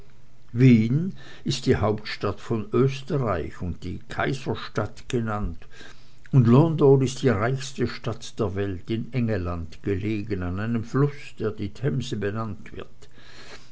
wien ist die hauptstadt von österreich und die kaiserstadt genannt und london ist die reichste stadt der welt in engelland gelegen an einem fluß der die themse benannt wird